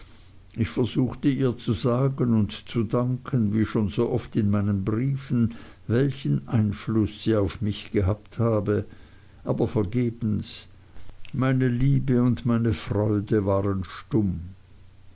ich versuchte ihr zu sagen und zu danken wie schon so oft in meinen briefen welchen einfluß sie auf mich gehabt habe aber vergebens meine liebe und meine freude waren stumm